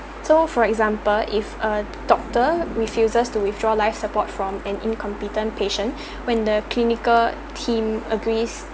so for example if a doctor refuses to withdraw life support from an incompetent patient when the clinical team agrees